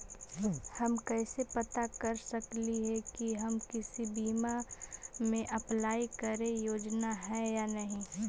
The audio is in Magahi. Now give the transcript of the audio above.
हम कैसे पता कर सकली हे की हम किसी बीमा में अप्लाई करे योग्य है या नही?